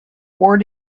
war